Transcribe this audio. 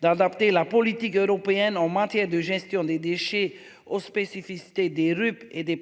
d'adapter la politique européenne en matière de gestion des déchets aux spécificités des rues et des.